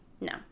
no